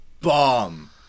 bomb